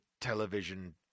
television